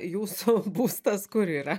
jūsų būstas kur yra